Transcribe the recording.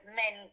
men